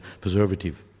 preservative